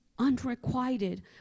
unrequited